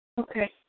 Okay